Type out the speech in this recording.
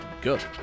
Good